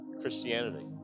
Christianity